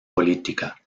política